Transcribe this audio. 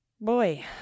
Boy